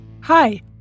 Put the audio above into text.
Hi